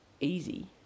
easy